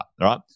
right